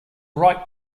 right